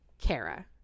Kara